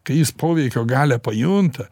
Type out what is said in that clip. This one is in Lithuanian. kai jis poveikio galią pajunta